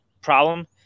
problem